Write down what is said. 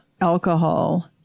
alcohol